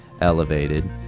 elevated